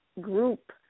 group